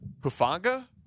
Hufanga